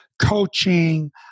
coaching